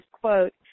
quote